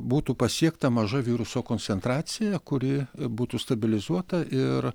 būtų pasiekta maža viruso koncentracija kuri būtų stabilizuota ir